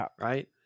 right